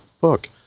book